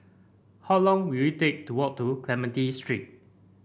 how long will it take to walk to Clementi Street